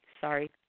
sorry